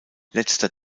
letzter